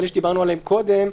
אלה שדיברנו עליהן קודם,